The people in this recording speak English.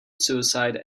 suicide